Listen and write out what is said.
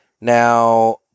Now